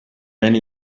only